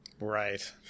Right